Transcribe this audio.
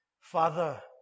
Father